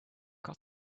got